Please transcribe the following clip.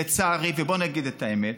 לצערי, בואו נגיד את האמת,